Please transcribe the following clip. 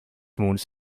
mondes